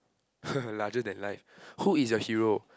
larger than life who is your hero